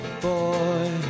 boy